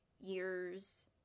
years